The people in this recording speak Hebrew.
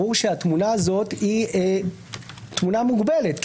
ברור שהתמונה הזאת היא תמונה מוגבלת,